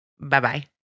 Bye-bye